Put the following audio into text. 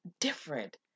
different